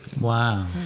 Wow